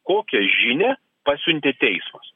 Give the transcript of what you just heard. kokią žinią pasiuntė teismas